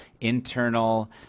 internal